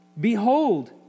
Behold